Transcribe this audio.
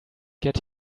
get